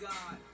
God